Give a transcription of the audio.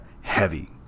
Heavy